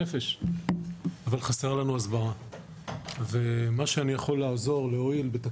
אני לא מוכנה למפגשי שיטור אזרח בכל מה שקשור לעישון קנאביס,